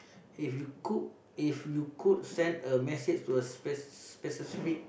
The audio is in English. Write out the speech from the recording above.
if you could if you could send a message to a speci~ specific